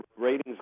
ratings